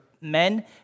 men